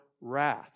wrath